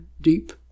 deep